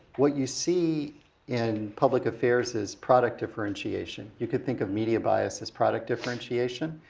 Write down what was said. what you see in public affairs is product differentiation. you could think of media bias as product differentiation.